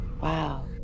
wow